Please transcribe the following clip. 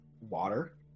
water